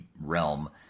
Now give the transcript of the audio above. realm